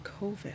COVID